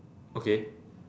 okay